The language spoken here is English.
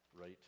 Right